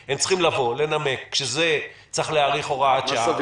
הם צריכים לבוא ולנמק שצריך להאריך הוראת שעה,